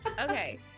Okay